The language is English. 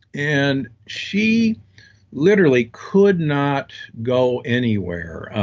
and she literally could not go anywhere.